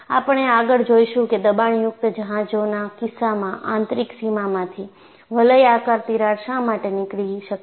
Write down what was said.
આપણે આગળ જોઈશું કે દબાણયુક્ત જહાજોના કિસ્સામાં આંતરિક સીમામાંથી વલયાકાર તિરાડ શા માટે નીકળી શકે છે